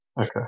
Okay